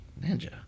Ninja